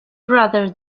brother